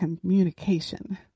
communication